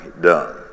done